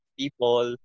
people